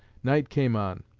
night came on,